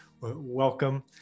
Welcome